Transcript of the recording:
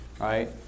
right